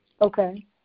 Okay